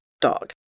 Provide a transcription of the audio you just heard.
Dog